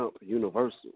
Universal